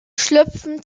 schlüpfen